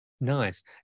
Nice